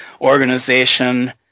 organization